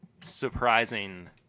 surprising